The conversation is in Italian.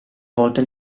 volta